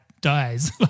dies